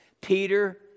Peter